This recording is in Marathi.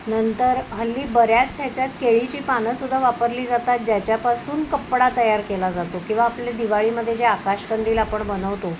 नंतर हल्ली बऱ्याच ह्याच्यात केळीची पानं सुद्धा वापरली जातात ज्याच्यापासून कपडा तयार केला जातो किंवा आपले दिवाळीमध्ये जे आकाशकंदील आपण बनवतो